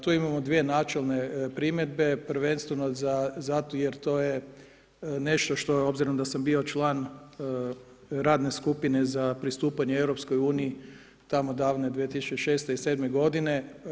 Tu imamo dvije načelne primjedbe, prvenstveno zato jer to je nešto što obzirom da sam bio član radne skupine za pristupanje EU tamo davne 2006. i 20017.godine.